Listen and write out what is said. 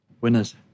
Winners